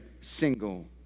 single